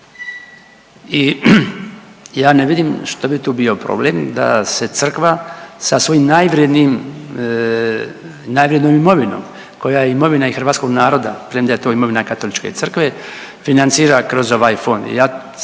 i ja ne vidim što bi tu bio problem da se crkva sa svojim najvrjednijim, najvrjednijom imovinom koja je imovina i hrvatskog naroda premda je to imovina Katoličke crkve financira kroz ovaj fond.